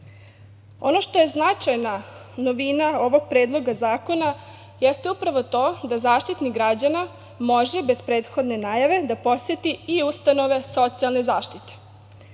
što je značajna novina ovog predloga zakona jeste upravo to da Zaštitnik građana može bez prethodne najave da poseti i ustanove socijalne zaštite.